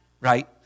right